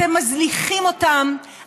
אתם מזניחים אותם,